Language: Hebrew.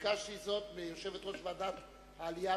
וביקשתי זאת מיושבת-ראש ועדת העלייה